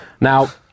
Now